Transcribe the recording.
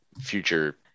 future